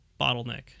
bottleneck